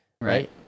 right